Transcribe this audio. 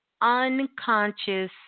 unconscious